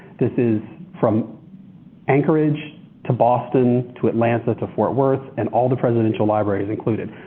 this is from anchorage to boston to atlanta to fort worth and all the presidential libraries included.